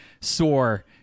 sore